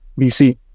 BC